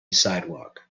sidewalk